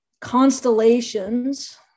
constellations